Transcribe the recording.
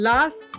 Last